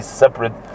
separate